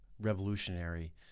revolutionary